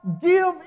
give